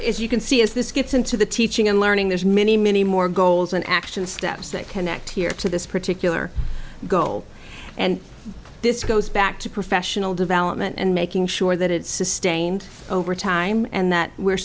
as you can see as this gets into the teaching and learning there's many many more goals and action steps that connect here to this particular goal and this goes back to professional development and making sure that it's sustained over time and that we're